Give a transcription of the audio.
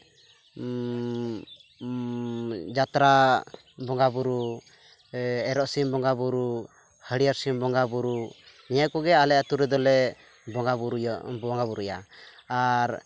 ᱡᱟᱛᱨᱟ ᱵᱚᱸᱜᱟ ᱵᱳᱨᱳ ᱮᱨᱚᱜ ᱥᱤᱢ ᱵᱚᱸᱜᱟ ᱵᱳᱳᱨ ᱦᱟᱹᱲᱭᱟᱹᱨ ᱥᱤᱢ ᱵᱚᱸᱜᱟ ᱵᱳᱨᱳ ᱱᱤᱭᱟᱹ ᱠᱚᱜᱮ ᱟᱞᱮ ᱟᱛᱳ ᱨᱮᱫᱚᱞᱮ ᱵᱚᱸᱜᱟ ᱵᱳᱨᱳᱭᱟ ᱵᱚᱸᱜᱟ ᱵᱳᱨᱳᱭᱟ ᱟᱨ